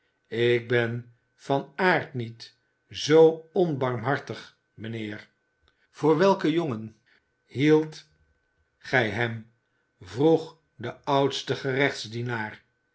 ik ben van aard niet zoo onbarmhartig mijnheer voor welken jongen hie dt gij hem vroeg de oudste